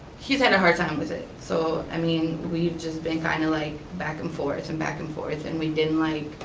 he's had a hard time with it. so i mean we have just been kind of like back and forth and back and forth, and we didn't like,